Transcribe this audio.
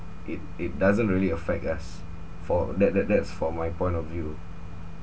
it it doesn't really affect us for that that that's for my point of view